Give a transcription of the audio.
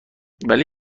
ولی